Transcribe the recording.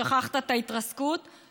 שכחת את ההתרסקות,